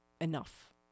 enough